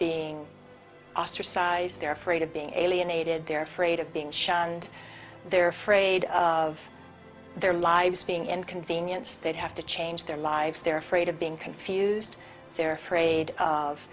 being ostracized they're afraid of being alienated they're afraid of being shunned they're afraid of their lives being inconvenienced they'd have to change their lives they're afraid of being confused they're afraid of